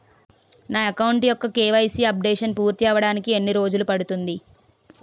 నా అకౌంట్ యెక్క KYC updation పూర్తి అవ్వడానికి ఎన్ని రోజులు పడుతుంది?